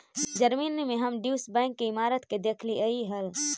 Germany में हम Deutsche Bank के इमारत के देखलीअई हल